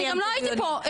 אני לא הייתי כאן.